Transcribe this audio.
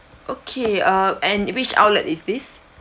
okay uh and which outlet is this